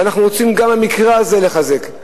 ואנחנו רוצים גם במקרה הזה לחזק.